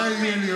ג'ובים.